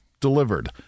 delivered